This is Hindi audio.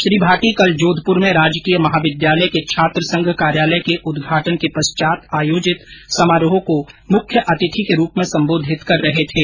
श्री भाटी कल जोधपुर में राजकीय महाविद्यालय के छात्रसंघ कार्यालय के उदघाटन के पश्चात आयोजित समारोह को मुख्य अतिथि के रूप में सम्बोधित कर रहे थे